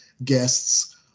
guests